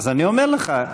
אז אני עונה לך.